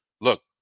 Look